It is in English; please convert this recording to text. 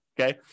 Okay